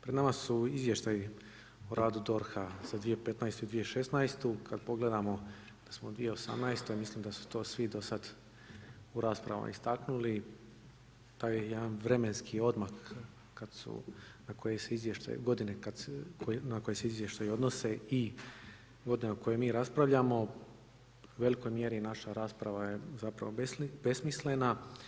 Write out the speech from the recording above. Pred nama su izvještaji o radu DORH-a za 2015. i 2016., kada pogledamo da smo u 2018., mislim da su to svi do sada u raspravama istaknuli, taj jedan vremenski odmak kada su godina na koje se izvještaji donose i godina u kojoj mi raspravljamo u velikoj mjeri naša rasprava je zapravo besmislena.